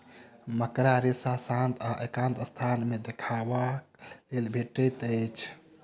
मकड़ा रेशा शांत आ एकांत स्थान मे देखबाक लेल भेटैत अछि